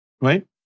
right